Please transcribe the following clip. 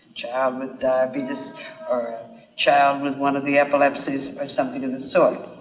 child with diabetes or a child with one of the epilepsies or something of the sort.